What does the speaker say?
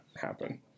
happen